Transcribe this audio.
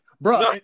bro